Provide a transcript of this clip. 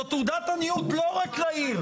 זאת תעודת עניות לא רק לעיר,